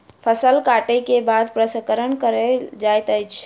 फसिल कटै के बाद प्रसंस्करण कयल जाइत अछि